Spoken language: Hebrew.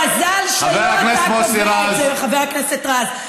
מזל שלא אתה קובע את זה, חבר הכנסת רז.